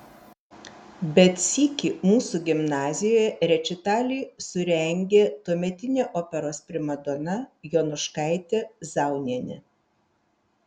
bet sykį mūsų gimnazijoje rečitalį surengė tuometinė operos primadona jonuškaitė zaunienė